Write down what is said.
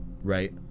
right